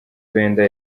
benda